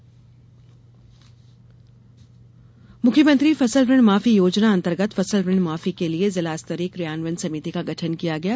समिति गठन मुख्यमंत्री फसल ऋण माफी योजना अंतर्गत फसल ऋण माफी के के लिए जिला स्तरीय क्रियान्वयन समिति का गठन किया गया है